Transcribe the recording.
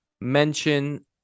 mention